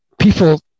people –